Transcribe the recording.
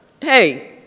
hey